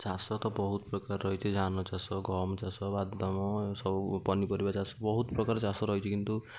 ଚାଷ ତ ବହୁତ ପ୍ରକାରର ରହିଛି ଧାନ ଚାଷ ଗହମ ଚାଷ ବାଦାମ ଏମତି ସବୁ ପନିପରିବା ଚାଷ ବହୁତ ପ୍ରକାର ଚାଷ ରହିଛି କିନ୍ତୁ